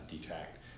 detract